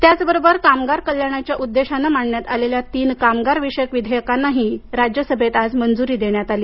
त्याचबरोबर कामगार कल्याणाच्या उद्देशानं मांडण्यात आलेल्या तीन कामगार विषयक विधेयकांनाही आज राज्यसभेत मंजुरी देण्यात आली